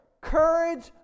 courage